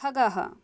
खगः